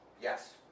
Yes